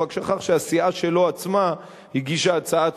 אבל הוא רק שכח שהסיעה שלו עצמה הגישה הצעת